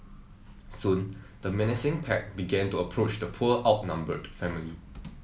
soon the menacing pack began to approach the poor outnumbered family